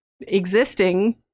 existing